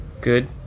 Good